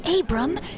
Abram